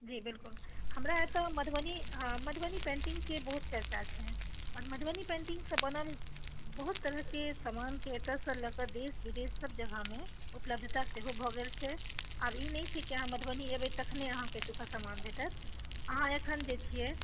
जी बिलकुल हमर एतय मधुबनी हँ मधुबनी पेन्टिंगके बहुत चर्चा छै आओर मधुबनी पेन्टिंगसँ बनल बहुत तरहके सामानके एतयसँ लऽ कऽ देश विदेश सभ जगहमे उपलब्धता सेहो भऽ गेल छै आब ई नहि छै कि अहाँ मधुबनी एबै तखने अहाँके सभटा सामान भेटत अहाँ एखन जे छियै